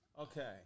Okay